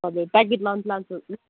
हजुर packet lunch लान्छ